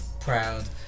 proud